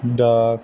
dark